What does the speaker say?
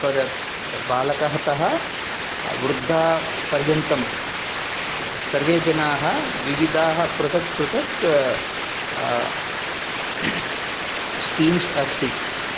पर बालकतः वृद्धाः पर्यन्तं सर्वे जनाः विविधाः पृथक् पृथक् स्कीम्स् अस्ति